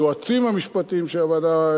היועצים המשפטיים של הוועדה,